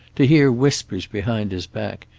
to hear whispers behind his back,